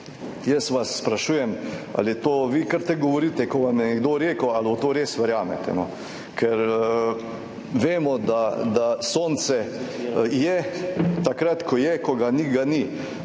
vas jaz sprašujem, ali to vi kar tako govorite, kot vam je nekdo rekel, ali v to res verjamete. Ker vemo, da je sonce takrat, ko je, ko ga ni, ga ni,